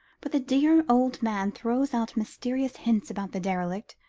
but the dear old man throws out mysterious hints about the derelict,